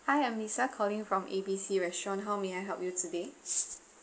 hi I'm lisa calling from A_B_C restaurant how may I help you today